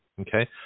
okay